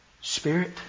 spirit